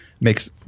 makes